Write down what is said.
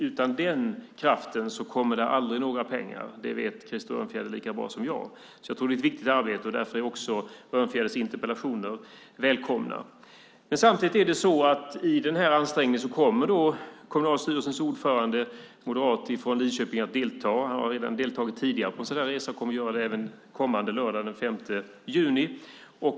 Utan den kraften kommer det aldrig några pengar. Det vet Krister Örnfjäder lika bra som jag. Därför tror jag att det är ett viktigt arbete. Därför är också Örnfjäders interpellationer välkomna. Men samtidigt är det så att i den här ansträngningen kommer kommunstyrelsens ordförande, moderat från Linköping, att delta. Han har redan tidigare deltagit på en sådan här resa och kommer att göra det även kommande lördag, den 5 juni.